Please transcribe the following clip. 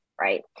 right